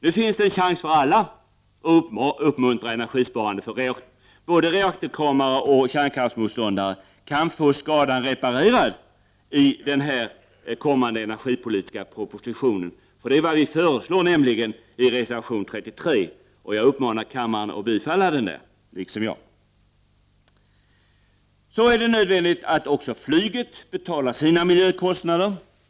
Nu finns det en chans för alla att uppmuntra energisparande — både reaktorkramare och kärnkraftsmotståndare kan få skadan reparerad i den kommande energipolitiska propositionen. Det är nämligen vad vi föreslår i reservation 33. Jag uppmanar kammarens ledamöter att liksom jag rösta för den. Det är nödvändigt att också flyget betalar sina miljökostnader.